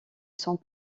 sont